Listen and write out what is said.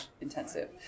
intensive